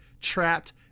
Trapped